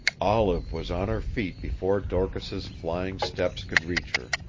olive was on her feet before dorcas's flying steps could reach her.